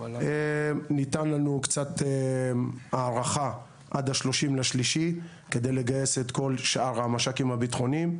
ניתן לנו קצת הארכה עד ה-30.3 כדי לגייס את כל שאר המש"קים הביטחוניים,